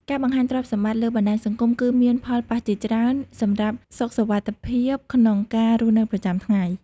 ការបង្ហាញទ្រព្យសម្បត្តិលើបណ្តាញសង្គមគឺមានផលប៉ះជាច្រើនសម្រាប់សុខវត្ថិភាពក្នុងការរស់ប្រចាំថ្ងៃ។